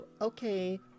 okay